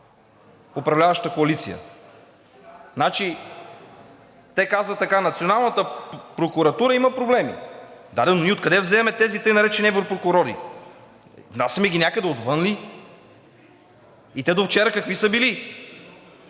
управляващата коалиция? Те казват така: националната прокуратура има проблеми, но ние откъде вземаме така наречените европрокурори? Внасяме ги някъде отвън ли? И те довчера какви са били?